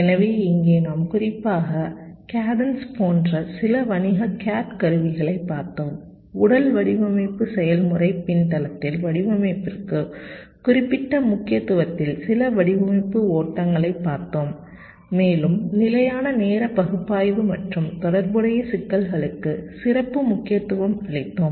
எனவே இங்கே நாம் குறிப்பாக கேடென்ஸ் போன்ற சில வணிக CAD கருவிகளைப் பார்த்தோம் உடல் வடிவமைப்பு செயல்முறை பின்தளத்தில் வடிவமைப்பிற்கு குறிப்பிட்ட முக்கியத்துவத்தில் சில வடிவமைப்பு ஓட்டங்களைப் பார்த்தோம் மேலும் நிலையான நேர பகுப்பாய்வு மற்றும் தொடர்புடைய சிக்கல்களுக்கு சிறப்பு முக்கியத்துவம் அளித்தோம்